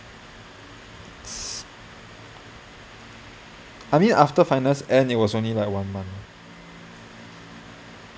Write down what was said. it's I mean after finance end it was only like one month